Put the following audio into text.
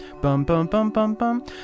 bum-bum-bum-bum-bum